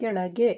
ಕೆಳಗೆ